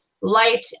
light